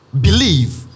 believe